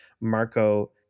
Marco